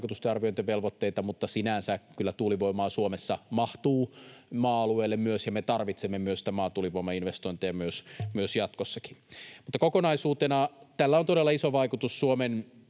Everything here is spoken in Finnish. ympäristövaikutusten arvioinnin velvoitteita, mutta sinänsä kyllä tuulivoimaa Suomessa mahtuu myös maa-alueille, ja me tarvitsemme myös maatuulivoimainvestointeja jatkossakin. Kokonaisuutena tällä on todella iso vaikutus Suomen